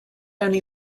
only